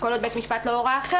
כל עוד בית המשפט לא הורה אחרת,